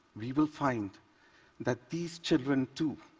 we will find that these children, too,